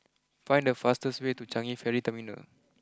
find the fastest way to Changi Ferry Terminal